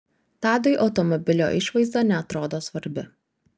tadui automobilio išvaizda neatrodo svarbi